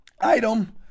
item